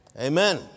Amen